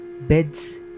beds